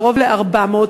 קרוב ל-400,